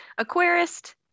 Aquarist